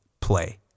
play